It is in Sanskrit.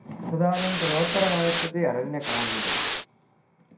तदानीं तदुत्तरमागच्छति अरण्यकाण्डम्